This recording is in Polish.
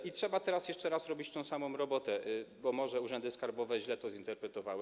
I trzeba teraz jeszcze raz robić tę samą robotę, bo może urzędy skarbowe źle to zinterpretowały.